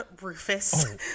Rufus